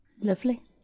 Lovely